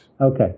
Okay